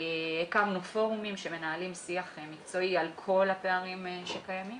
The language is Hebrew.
הקמנו פורומים שמנהלים שיח מקצועי על כל הפערים שקיימים